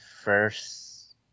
first